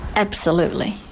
absolutely,